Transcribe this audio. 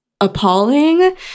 appalling